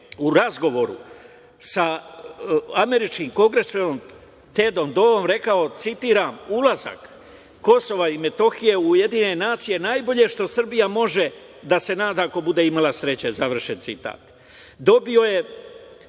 u razgovoru sa američkim kongresmenom Tedom Poom rekao, citiram: "Ulazak Kosova i Metohije u Ujedinjene nacije je najbolje što Srbija može da se nada ako bude imala sreće", završen citat.